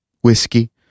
whiskey